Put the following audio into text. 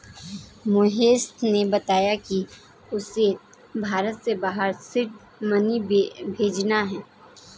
मोहिश ने बताया कि उसे भारत से बाहर सीड मनी भेजने हैं